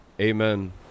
Amen